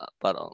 parang